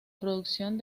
producción